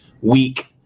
week